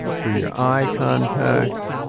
through your eye contact.